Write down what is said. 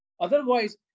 Otherwise